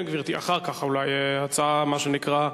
כן, גברתי, אחר כך אולי הצעה, מה שנקרא,